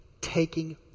taking